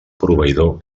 proveïdor